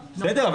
כן,